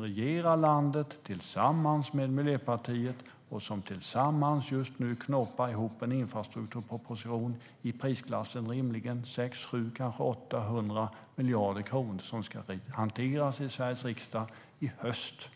regerar landet tillsammans med Miljöpartiet, och de knåpar just nu tillsammans ihop en infrastrukturproposition som rimligen ligger i prisklassen 600, 700 eller kanske 800 miljarder kronor och som ska hanteras i Sveriges riksdag i höst.